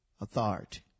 authority